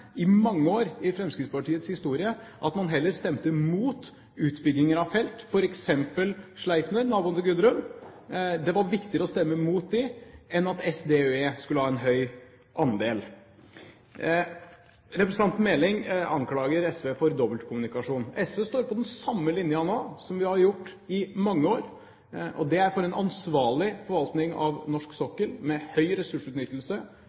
i mange år i Fremskrittspartiets historie at man heller stemte mot utbygginger av felt, f.eks. Sleipner, naboen til Gudrun. Det var viktigere å stemme mot det, enn at SDØE skulle ha en høy andel. Representanten Meling anklager SV for dobbeltkommunikasjon. SV står på den samme linjen nå som vi har gjort i mange år, og det er for en ansvarlig forvaltning av norsk sokkel med høy ressursutnyttelse.